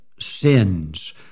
sins